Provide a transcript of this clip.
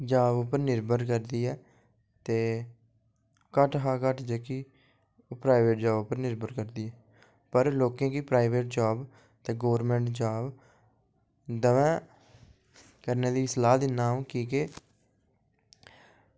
job उप्पर निर्भर करदी ऐ ते घट्ट कशा घट्ट जेह्की ओह् प्राईवेट जाब पर निर्भर करदी ऐ पर लोकें गी प्राईवेट जाब गौरमेंट जॉब दमैं करने दी सलाह् दिन्ना अं'ऊ की के